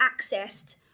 accessed